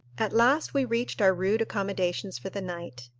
at last we reached our rude accommodations for the night.